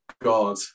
God